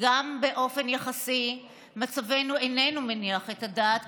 גם באופן יחסי מצבנו איננו מניח את הדעת,